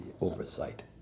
oversight